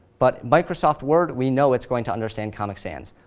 but microsoft word, we know it's going to understand comic sans.